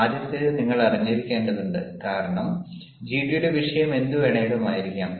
ആദ്യത്തേത് നിങ്ങൾ അറിഞ്ഞിരിക്കേണ്ടതുണ്ട് കാരണം ജിഡിയുടെ വിഷയം എന്തുവേണേലും ആയിരിക്കാം